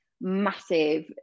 massive